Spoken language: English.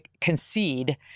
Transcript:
concede